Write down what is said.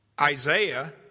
Isaiah